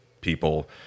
people